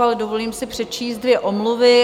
Ale dovolím si přečíst dvě omluvy.